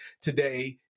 today